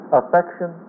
affection